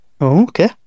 Okay